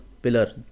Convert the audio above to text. Pillar